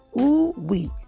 Ooh-wee